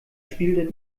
spielt